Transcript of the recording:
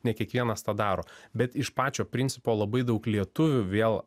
ne kiekvienas tą daro bet iš pačio principo labai daug lietuvių vėl